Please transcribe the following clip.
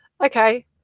Okay